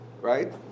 right